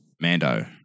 Mando